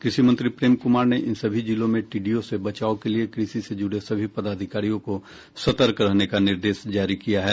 कृषि मंत्री प्रेम कुमार ने इन सभी जिलों में टिड्डियों से बचाव के लिए कृषि से जुड़े सभी पदाधिकारियों को सतर्क रहने का निर्देश जारी किया है